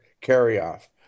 carry-off